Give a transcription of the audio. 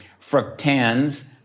fructans